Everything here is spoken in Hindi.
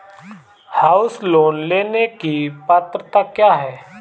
हाउस लोंन लेने की पात्रता क्या है?